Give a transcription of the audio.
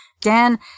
Dan